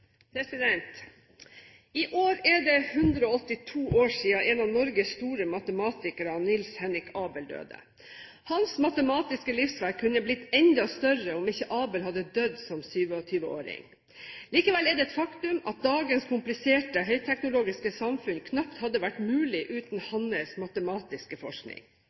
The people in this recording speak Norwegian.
det 182 år siden en av Norges store matematikere, Niels Henrik Abel, døde. Hans matematiske livsverk kunne blitt enda større om ikke Abel hadde dødd som 27-åring. Likevel er det et faktum at dagens kompliserte, høyteknologiske samfunn knapt hadde vært mulig uten hans matematiske forskning.